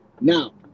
Now